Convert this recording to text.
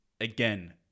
again